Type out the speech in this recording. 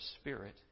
spirit